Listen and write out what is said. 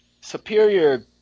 Superior